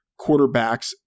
quarterbacks